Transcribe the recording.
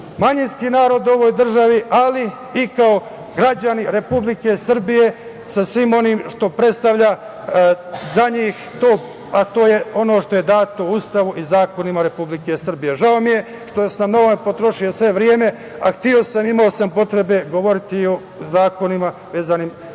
manjinskih naroda u ovoj državi, ali i kao građani Republike Srbije sa svim oni što predstavlja za njih, a to je ono što je dato u Ustavu i zakonima Republike Srbije. Žao mi je što sam na ovo potrošio sve vreme, a imao sam potrebe govoriti i o zakonima koje je